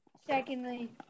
secondly